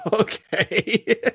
Okay